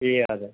ए हजुर